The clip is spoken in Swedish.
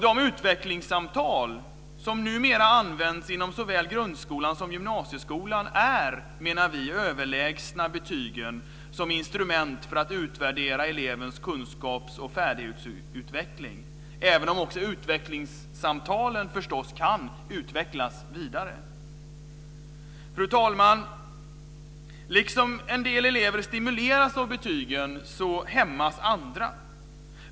De utvecklingssamtal som numera används inom såväl grundskolan som gymnasieskolan är, menar vi, överlägsna betygen som instrument för att utvärdera elevens kunskaps och färdighetsutveckling, även om också utvecklingssamtalen förstås kan utvecklas vidare. Fru talman! Liksom en del elever stimuleras av betygen, hämmas andra.